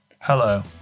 Hello